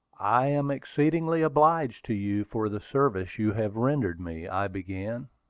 i am exceedingly obliged to you for the service you have rendered me, i began.